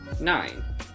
nine